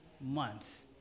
months